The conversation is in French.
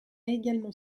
également